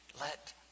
Let